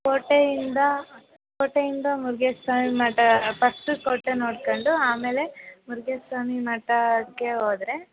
ಕೋಟೆಯಿಂದ ಕೋಟೆಯಿಂದ ಮುರುಗೇಶ ಸ್ವಾಮಿ ಮಠ ಫಸ್ಟು ಕೋಟೆ ನೋಡ್ಕೊಂಡು ಆಮೇಲೆ ಮುರುಗೇಶ ಸ್ವಾಮಿ ಮಠಕ್ಕೆ ಹೋದ್ರೆ